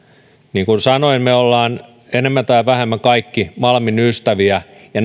niin kuin sanoin me olemme kaikki enemmän tai vähemmän malmin ystäviä ja